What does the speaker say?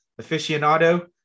aficionado